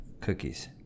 cookies